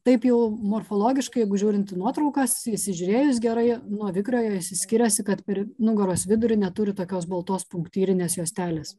taip jau morfologiškai jeigu žiūrint į nuotraukas įsižiūrėjus gerai nuo vikriojo jisai skiriasi kad per nugaros vidurį neturi tokios baltos punktyrinės juostelės